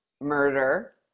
murder